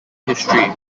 history